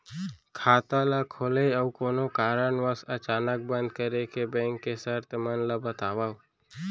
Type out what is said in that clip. खाता ला खोले अऊ कोनो कारनवश अचानक बंद करे के, बैंक के शर्त मन ला बतावव